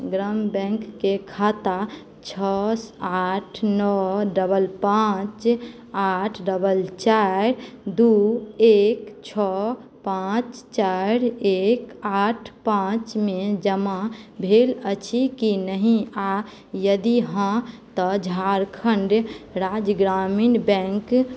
ग्राम बैंकके खाता छओ आठ नओ डबल पाँच आठ डबल चारि दू एक छओ पाँच चारि एक आठ पाँचमे जमा भेल अछि की नहि आ यदि हँ तऽ झारखण्ड राज्य ग्रामीण बैंक